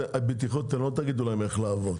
אתם לא תגידו להם איך לעבוד